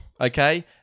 okay